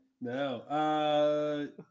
no